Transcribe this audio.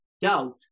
doubt